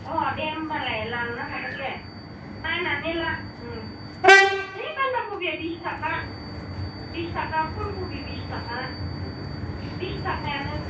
अ दे होनबालाय लांनो हागोन दे नायनानै लां है बान्दा कबिया बिस थाखा बिस थाखा फुलकबि बिस थाखा बिस थाखायानो